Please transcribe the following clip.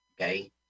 Okay